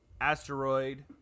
asteroid